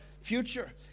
future